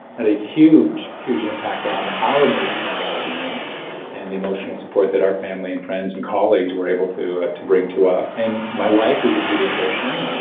had a huge, huge impact on our emotional wellbeing and emotional support that our family and friends and colleagues were able to to bring to us. and my wife, who's a pediatrician, and